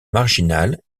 marginale